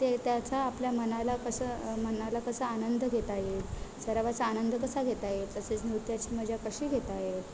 ते त्याचा आपल्या मनाला कसं मनाला कसा आनंद घेता येईल सरावाचा आनंद कसा घेता येईल तसेच नृत्याची मजा कशी घेता येईल